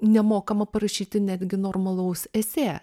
nemokama parašyti netgi normalaus esė